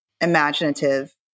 imaginative